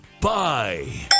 Bye